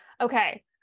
okay